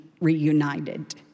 reunited